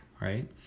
Right